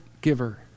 giver